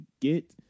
get